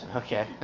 okay